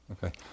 Okay